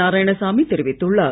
நாராயணசாமி தெரிவித்துள்ளார்